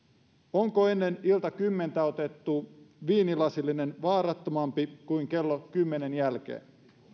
onko ennen iltakymmentä otettu viinilasillinen vaarattomampi kuin kello kymmenen jälkeen